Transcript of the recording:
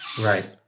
right